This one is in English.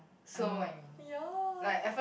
so ya